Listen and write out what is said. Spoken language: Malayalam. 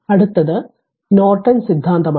അടുത്തത് r നോർട്ടൺ സിദ്ധാന്തമാണ്